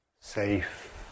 safe